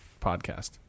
podcast